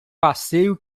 passeio